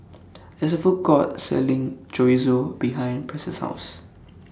There IS A Food Court Selling Chorizo behind Press' House